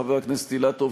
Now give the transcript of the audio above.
חבר הכנסת אילטוב,